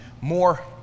more